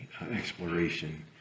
exploration